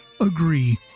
agree